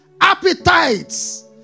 appetites